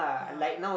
yeah